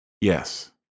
Yes